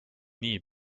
nii